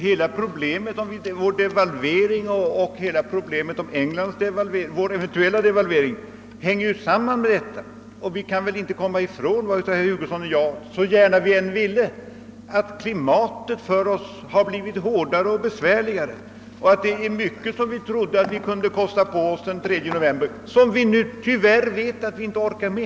Ingen kände till Englands devalvering, en eventuell devalvering hos oss eller de problem som hänger samman härmed. Varken herr Hugosson eller jag kan komma ifrån att klimatet för oss har blivit hårdare. Mycket av det som vi trodde att vi kunde kosta på oss den 3 november vet vi nu att vi inte orkar med.